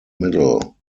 middle